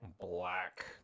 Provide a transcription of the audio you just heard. black